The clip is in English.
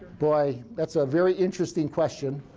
boy, that's a very interesting question.